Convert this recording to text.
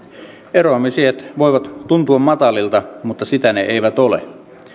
eroamisiät voivat tuntua matalilta mutta sitä ne eivät ole